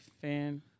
fan